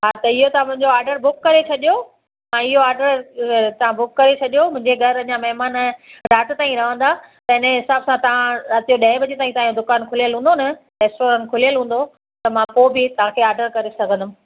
हा त इहो तव्हां मुंहिंजो आडर बुक करे छॾियो ऐं इहो आडर तव्हां बुक करे छॾियो मुंहिंजे घरु अञा महिमान राति ताईं रहंदा पंहिंजे हिसाब सां तव्हां राति जो ॾऐं बजे ताईं तव्हांजो दुकान खुलियलु हुंदो न रेस्टोरंट खुलियलु हुंदो त मां पोइ बि तव्हांखे आडर करे सघंदमि